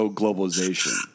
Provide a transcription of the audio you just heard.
globalization